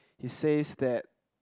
it says that